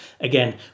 Again